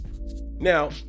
now